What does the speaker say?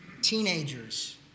Teenagers